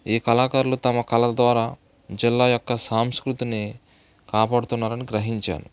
ఈ కళాకారులు తమ కళల ద్వారా జిల్లా యొక్క సాంస్కృతిని కాపాడుతున్నారని గ్రహించాను